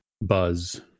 buzz